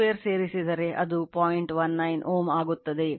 19 Ω ಆಗುತ್ತದೆ